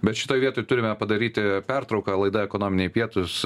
bet šitoj vietoj turime padaryti pertrauką laida ekonominiai pietūs